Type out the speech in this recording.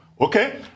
okay